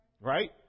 Right